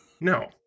No